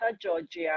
Georgia